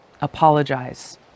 Apologize